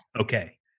okay